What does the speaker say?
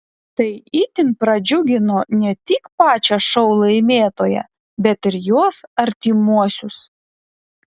tai itin pradžiugino ne tik pačią šou laimėtoją bet ir jos artimuosius